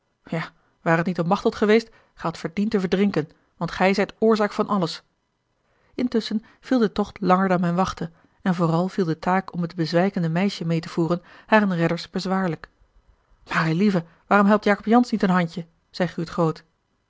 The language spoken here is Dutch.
ja ware t niet om machteld geweest gij hadt verdient te verdrinken want gij zijt oorzaak van alles intusschen viel de tocht langer dan men wachtte en vooral viel de taak om het bezwijkende meisje meê te voeren haren redders bezwaarlijk maar eilieve waarom helpt jacob jansz niet een handje zeî guurt groot